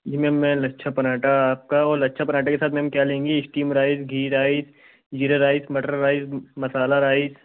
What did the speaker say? जी ma'am मैं लच्छा पराँठा आपका और लच्छा पराँठा के साथ मैम क्या लेंगी steam rice ghee rice jeera rice matar rice masala rice